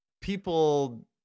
people